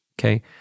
Okay